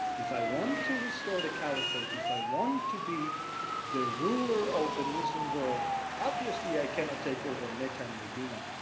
if i want to restore the caliphate, if i want to be the ruler of the muslim world. obviously, i cannot take over mecca and medina.